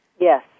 yes